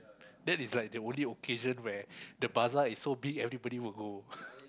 then is like the only occasion where the bazaar is so big everybody will go